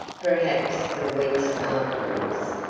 perhaps, for weeks afterwards.